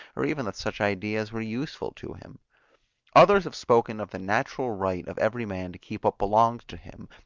or even that such ideas were useful to him others have spoken of the natural right of every man to keep what belongs to him,